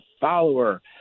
follower